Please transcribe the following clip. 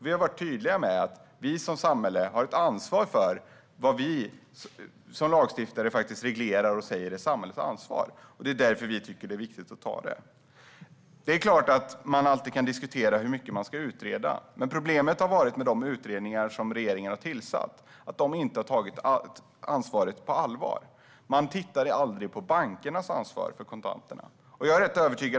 Vi som lagstiftare har ett ansvar för att reglera sådant som vi säger är samhällets ansvar. Vi tycker att det är viktigt att ta detta ansvar. Man kan alltid diskutera hur mycket man ska utreda. Men problemet med de utredningar som regeringen har tillsatt har varit att de inte har tagit ansvaret på allvar. Man har aldrig tittat på bankernas ansvar för kontanterna.